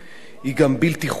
היא גם בלתי חוקתית,